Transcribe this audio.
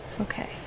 Okay